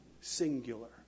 singular